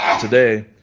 today